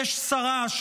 יש שרה.